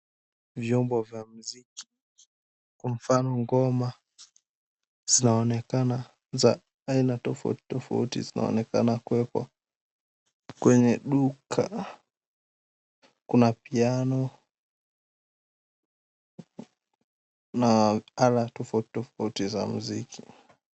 Vyombo vya muziki kwa mfano ngoma za onekana za aina tofauti tofauti zinaonekana kuwekwa kwenye duka, kuna piano na ala tofauti tofauti za muziki.